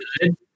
good